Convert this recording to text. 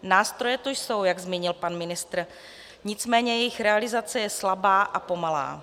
Nástroje tu jsou, jak zmínil pan ministr, nicméně jejich realizace je slabá a pomalá.